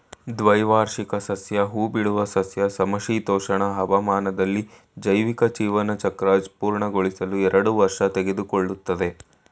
ದ್ವೈವಾರ್ಷಿಕ ಸಸ್ಯ ಹೂಬಿಡುವ ಸಸ್ಯ ಸಮಶೀತೋಷ್ಣ ಹವಾಮಾನದಲ್ಲಿ ಜೈವಿಕ ಜೀವನಚಕ್ರ ಪೂರ್ಣಗೊಳಿಸಲು ಎರಡು ವರ್ಷ ತೆಗೆದುಕೊಳ್ತದೆ